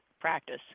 practice